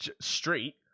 Street